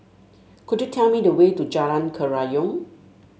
could you tell me the way to Jalan Kerayong